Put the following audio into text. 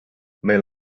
meil